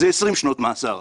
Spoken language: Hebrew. אזי מדובר ב- 20 שנות מאסר.